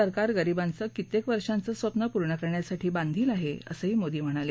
सरकार गरीबांचं कित्येक वर्षाचं स्वप्न पूर्ण करण्यासाठी बांधील आहे असंही मोदी म्हणाले